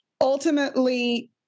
ultimately